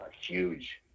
huge